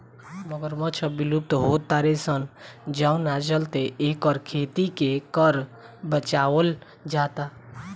मगरमच्छ अब विलुप्त हो तारे सन जवना चलते एकर खेती के कर बचावल जाता